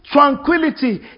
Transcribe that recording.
tranquility